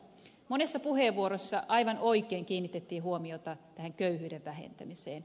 monessa puheenvuorossa aivan oikein kiinnitettiin huomiota köyhyyden vähentämiseen